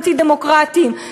אנטי-דמוקרטיים,